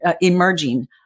emerging